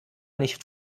nicht